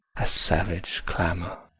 a savage clamour